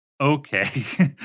okay